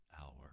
hour